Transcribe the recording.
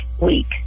week